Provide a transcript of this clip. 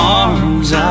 arms